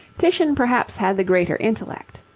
titian perhaps had the greater intellect.